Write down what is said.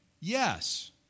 Yes